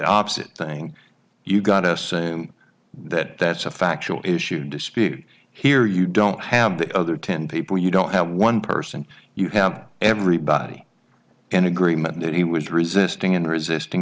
opposite thing you've got to assume that the factual issue dispute here you don't have the other ten people you don't have one person you have everybody in agreement that he was resisting and resisting